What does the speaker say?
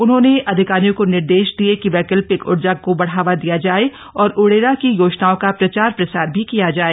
उन्होंने अधिकारियों को निर्देश दिये कि वैकल्पिक ऊर्जा को बढ़ावा दिया जाए और उरेडा की योजनाओं का प्रचार प्रसार भी किया जाए